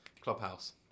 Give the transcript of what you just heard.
clubhouse